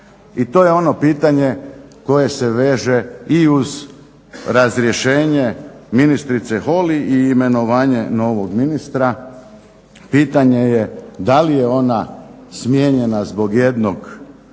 I to je ono pitanje koje se veže i uz razrješenje ministrice Holly i imenovanje novog ministra. Pitanje je, da li je onda smijenjena zbog jednog